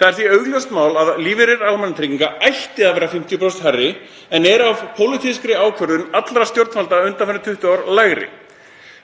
Það er því augljóst mál að lífeyrir almannatrygginga ætti að vera 50% hærri en er, vegna pólitískrar ákvörðunar allra stjórnvalda undanfarin 20 ár, lægri.